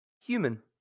human